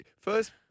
First